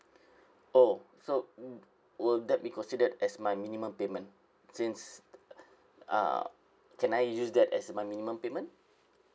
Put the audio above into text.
oh so will that be considered as my minimum payment since uh can I use that as my minimum payment